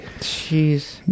Jeez